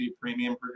Premium